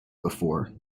before